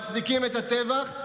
מצדיקים את הטבח,